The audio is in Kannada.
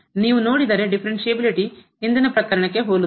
ನೀವು ನೋಡಿದರೆ ಡಿಫರೆನ್ಸ್ಎಬಿಲಿಟಿ ಹಿಂದಿನ ಪ್ರಕರಣಕ್ಕೆ ಹೋಲುತ್ತದೆ